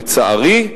לצערי.